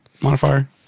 modifier